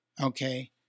Okay